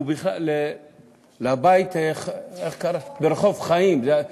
ובפרט לבית ברחוב חיים.